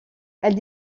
elle